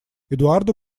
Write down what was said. эдуарду